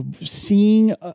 seeing